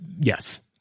Yes